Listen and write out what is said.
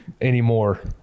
anymore